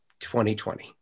2020